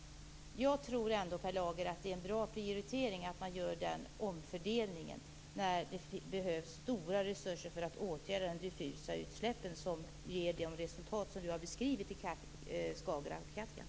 Jag tror, Per Lager, att detta är en bra omprioritering i ett läge där det behövs stora resurser för att åtgärda de diffusa utsläppen, som ger de resultat i Skagerrak och Kattegatt som du har beskrivit.